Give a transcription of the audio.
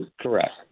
Correct